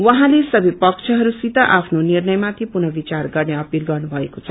उहाँले सबै पश्वहस्थित आफ्नो निर्णय माथि पुनः विचार गर्ने अपिल गर्नु भएको छ